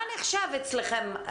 מה נחשב אצלכם?